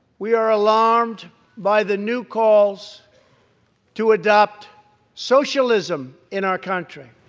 we are alarmed by the new calls to adopt socialism in our country